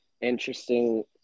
interesting